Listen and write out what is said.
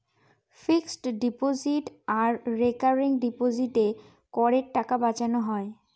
fixed deposit আর recurring ডিপোজিটে করের টাকা বাঁচানো হয়